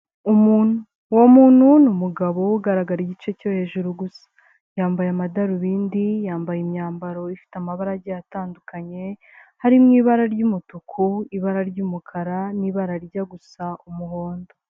Umuntu, uwo muntu umugabo ugaragara igice cyo hejuru gusa yambaye amadarubindi, yambaye imyambaro ifite amabarage atandukanye harimo ibara ry'umutuku, ibara ry'umukara n'ibara rijya gusa umuhondo.